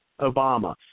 Obama